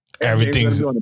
everything's